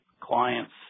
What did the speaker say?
clients